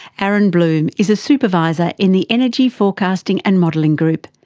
aaron bloom is a supervisor in the energy forecasting and modeling group,